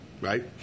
right